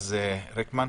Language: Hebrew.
ממרכז רקמן.